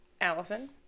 allison